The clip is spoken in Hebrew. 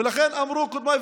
ולכן אמרו קודמיי,